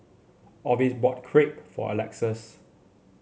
Orvis bought Crepe for Alexus